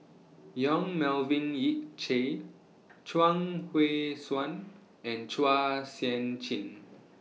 Yong Melvin Yik Chye Chuang Hui Tsuan and Chua Sian Chin